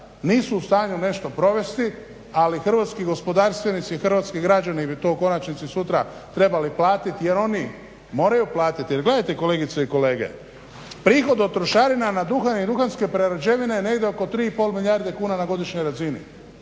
nisu u stanju nešto provesti, ali hrvatski gospodarstvenici i hrvatski građani bi to u konačnici sutra trebali platiti jer oni moraju platiti. Jer gledajte kolegice i kolege, prihod od trošarina na duha i duhanske prerađevine negdje je oko 3 i pol milijarde kuna na godišnjoj razini